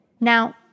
Now